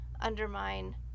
undermine